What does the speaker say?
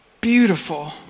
beautiful